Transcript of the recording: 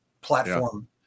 platform